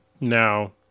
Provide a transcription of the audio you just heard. now